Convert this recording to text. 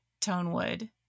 tonewood